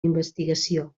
investigació